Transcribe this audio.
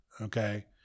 Okay